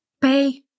pay